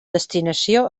destinació